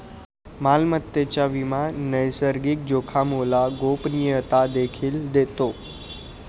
मालमत्तेचा विमा नैसर्गिक जोखामोला गोपनीयता देखील देतो